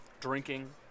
drinking